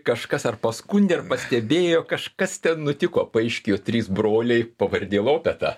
kažkas ar paskundė ar pastebėjo kažkas ten nutiko paaiškėjo trys broliai pavardė lopeta